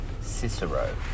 Cicero